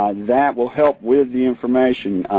that will help with the information.